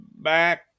back